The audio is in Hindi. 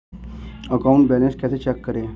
अकाउंट बैलेंस कैसे चेक करें?